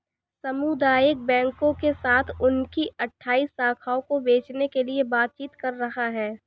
सामुदायिक बैंकों के साथ उनकी अठ्ठाइस शाखाओं को बेचने के लिए बातचीत कर रहा है